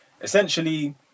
essentially